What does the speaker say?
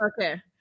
Okay